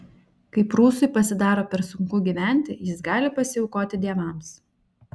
kai prūsui pasidaro per sunku gyventi jis gali pasiaukoti dievams